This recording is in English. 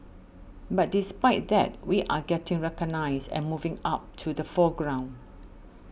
but despite that we are getting recognised and moving up to the forefront